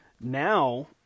now